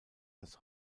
das